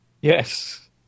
Yes